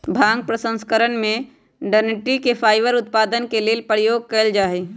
भांग प्रसंस्करण में डनटी के फाइबर उत्पादन के लेल प्रयोग कयल जाइ छइ